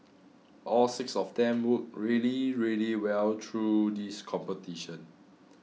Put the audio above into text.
all six of them worked really really well through this competition